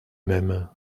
même